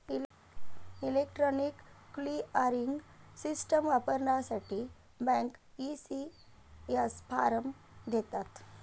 electronic clearing system वापरण्यासाठी bank, ECS form देतात